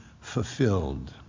fulfilled